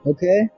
Okay